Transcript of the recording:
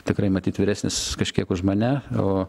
tikrai matyt vyresnis kažkiek už mane o